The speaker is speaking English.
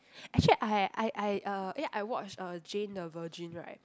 actually I I I uh eh I watch uh Jane the Virgin right